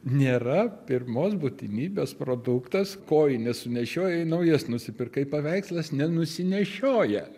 nėra pirmos būtinybės produktas kojines sunešiojai naujas nusipirkai paveikslas nenusinešioja